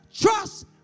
trust